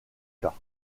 cas